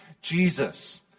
Jesus